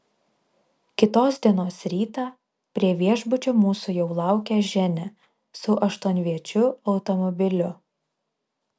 kitos dienos rytą prie viešbučio mūsų jau laukė ženia su aštuonviečiu automobiliu